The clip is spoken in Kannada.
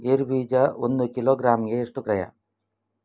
ಗೇರು ಬೀಜ ಒಂದು ಕಿಲೋಗ್ರಾಂ ಗೆ ಎಷ್ಟು ಕ್ರಯ?